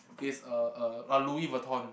is uh uh a Louis-Vuitton